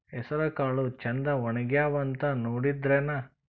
ಹೆಸರಕಾಳು ಛಂದ ಒಣಗ್ಯಾವಂತ ನೋಡಿದ್ರೆನ?